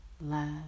love